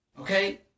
okay